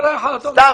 סתם,